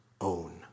own